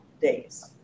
days